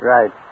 Right